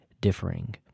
differing